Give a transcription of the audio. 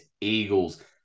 Eagles